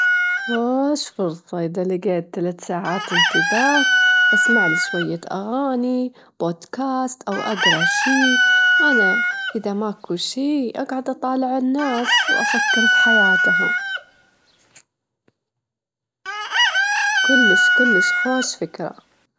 أجله يا هلا- هلا فيتش، إيش اسمك؟ أنا فلانة أسأله أيش رايك في الحفلة، أجله أول مرة ألتجي فيك، تحب ها النوع من الأماكن يعني، بعدين أجله نجدر نتعرف أكتر إذا كنت تحب.